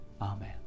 Amen